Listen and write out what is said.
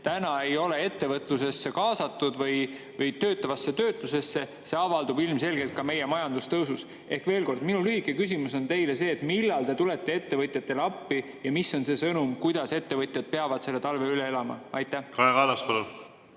kaasatud ettevõtlusesse või töötlevasse tööstusesse, avaldab ilmselgelt mõju ka meie majandustõusule. Ehk veel kord: minu lühike küsimus on teile see, et millal te tulete ettevõtjatele appi ja mis on see sõnum, kuidas ettevõtjad peavad selle talve üle elama. Aitäh!